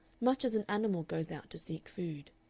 much as an animal goes out to seek food.